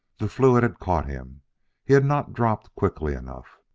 the fluid had caught him he had not dropped quickly enough.